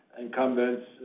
incumbents